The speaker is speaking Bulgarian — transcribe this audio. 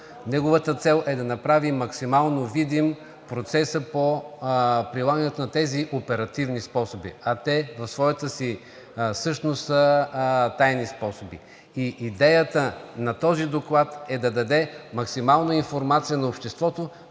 Неговата цел е да направи максимално видим процеса по прилагането на тези оперативни способи, а те в своята си същност са тайни способи. Идеята на този доклад е да даде максимална информация на обществото